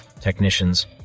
technicians